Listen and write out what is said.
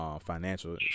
Financial